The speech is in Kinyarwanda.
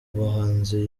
bahanzi